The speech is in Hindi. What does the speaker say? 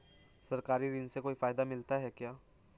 सरकारी ऋण से कोई फायदा मिलता है क्या?